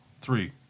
three